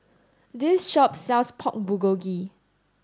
this shop sells Pork Bulgogi